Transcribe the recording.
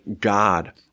God